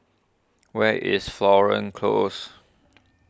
where is Florence Close